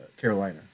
Carolina